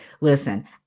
Listen